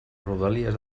rodalies